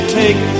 take